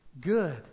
Good